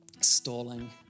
Stalling